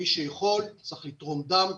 מי שיכול צריך לתרום דם,